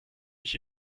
mich